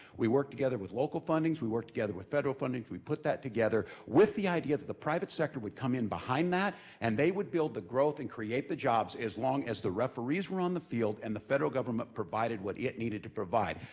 we worked together with local funding, we worked together with federal funding, we put that together with the idea the private sector would come in behind that and they would build the growth and create the jobs as long as the referees were on the field and the federal government provided what it needed to provide.